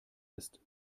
ist